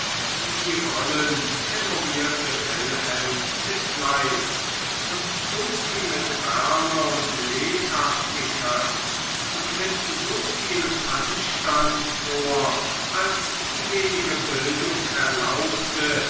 die rollen memorierte wilhelm mit fleiß und trug sie mit wärme und lebhaftigkeit und mit so viel anstand vor als die wenige bildung erlaubte